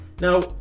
Now